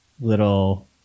little